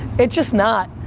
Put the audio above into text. it's just not.